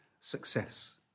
success